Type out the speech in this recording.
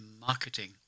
marketing